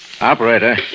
Operator